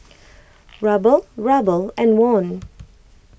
Ruble Ruble and Won